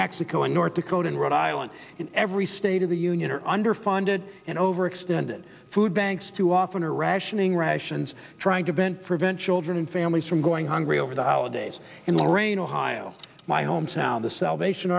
mexico in north dakota and rhode island in every state of the union are underfunded and overextended food banks too often are rationing rations trying to vent prevent children and families from going hungry over the holidays in lorain ohio my hometown the salvation